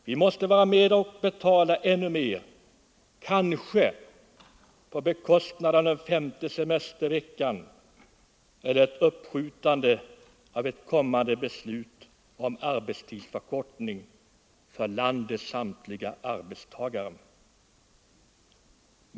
Vi måste vara med och betala ännu mer — kanske på bekostnad av den femte semesterveckan eller ett uppskjutande av ett kommande beslut om arbetstidsförkortning för landets arbetstagare.